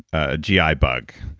ah gi ah bug.